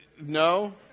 No